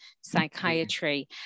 psychiatry